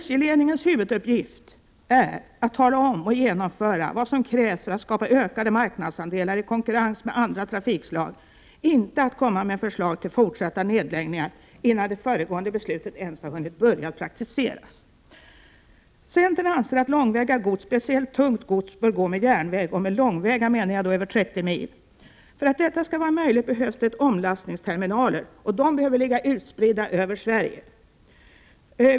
SJ-ledningens huvuduppgift är att tala om och genomföra vad som krävs för att skapa ökade marknadsandelar i konkurrens med andra trafikslag — inte att komma med förslag till fortsatta nedläggningar innan det föregående beslutet ens har hunnit börja praktiseras. Centern anser att långväga gods, speciellt tungt gods, bör gå med järnväg. Med långväga menar jag då transport över 30 mil. För att detta skall vara möjligt behövs det omlastningsterminaler, och de behöver ligga utspridda över Sverige.